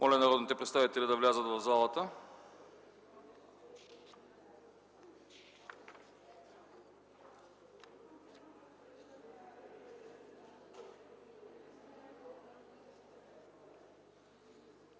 Моля, народните представители да влязат в залата.